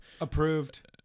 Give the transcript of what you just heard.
approved